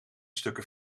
stukken